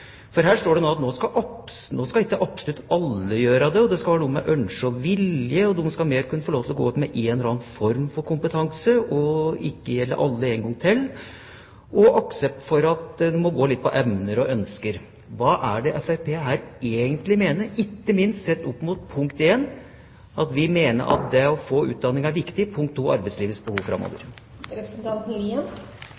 spalte. Her står det at nå skal ikke «absolutt alle» gjøre det. Det skal være noe med å «ønske». De skal mer kunne få lov til å gå ut med «en eller annen form» for kompetanse, men at det «ikke gjelder alle» – en gang til – og man må ha aksept for at det må gå litt på «evner eller ønsker». Hva er det Fremskrittspartiet egentlig mener, ikke minst sett opp mot punkt 1 at vi mener det å få utdanning er viktig, og punkt 2 arbeidslivets behov framover.